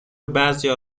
بعضیا